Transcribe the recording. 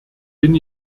bin